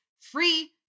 free